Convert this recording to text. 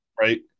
right